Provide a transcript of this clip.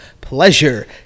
pleasure